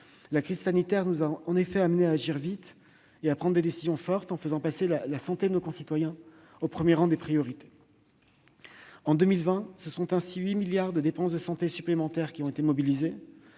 La crise sanitaire nous a en effet conduits à agir vite et à prendre des décisions fortes en faisant passer la santé de nos concitoyens au premier rang des priorités. En 2020, ce sont ainsi 8 milliards d'euros de dépenses de santé supplémentaires qui ont été mobilisés